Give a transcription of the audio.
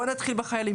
נתחיל בחיילים,